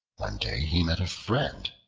one day he met a friend,